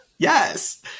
Yes